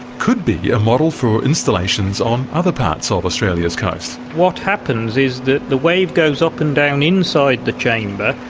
could be a model for installations on other parts of australia's coast. what happens is that the wave goes up and down inside the chamber,